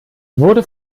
wurde